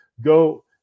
go